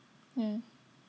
yeah